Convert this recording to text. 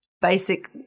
basic